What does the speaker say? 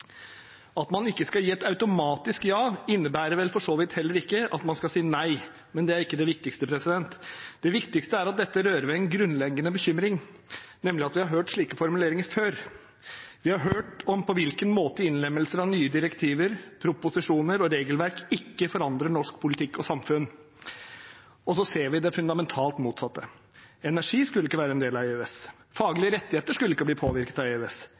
At man ikke skal gi et automatisk ja, innebærer vel for så vidt heller ikke at man skal si nei, men det er ikke det viktigste. Det viktigste er at dette rører ved en grunnleggende bekymring, nemlig at vi har hørt slike formuleringer før. Vi har hørt om på hvilken måte innlemmelse av nye direktiver, proposisjoner og regelverk ikke forandrer norsk politikk og samfunn – og så ser vi det fundamentalt motsatte: Energi skulle ikke være en del av EØS. Faglige rettigheter skulle ikke bli påvirket av EØS.